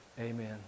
Amen